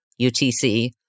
UTC